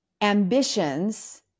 ambitions